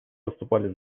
выступали